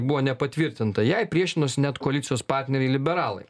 buvo nepatvirtinta jai priešinosi net koalicijos partneriai liberalai